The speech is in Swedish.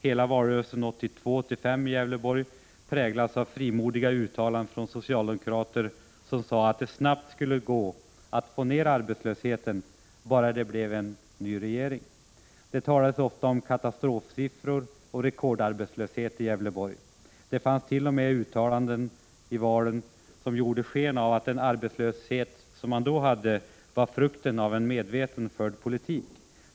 Hela valrörelsen 1982 i Gävleborg präglades av frimodiga uttalanden från socialdemokrater, som sade att det snabbt skulle gå att få ner arbetslösheten bara det blev en ny regering. Det talades ofta om katastrofsiffror och rekordarbetslöshet i Gävleborg. Det fannst.o.m. uttalanden i valrörelsen som gjorde sken av att den arbetslöshet som man då hade var frukten av en medvetet förd politik.